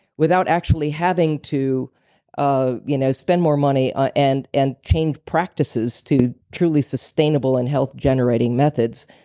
without actually having to ah you know spend more money and and change practices to truly sustainable and health generating methods,